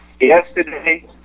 yesterday